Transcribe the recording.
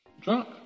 drunk